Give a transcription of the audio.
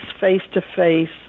face-to-face